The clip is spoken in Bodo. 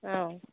औ